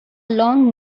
long